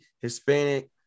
Hispanic